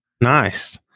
nice